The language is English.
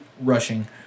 rushing